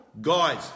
Guys